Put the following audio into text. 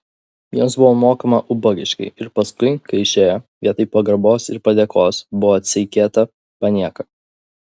jiems buvo mokama ubagiškai ir paskui kai išėjo vietoj pagarbos ir padėkos buvo atseikėta panieka